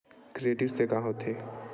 Credit से का होथे?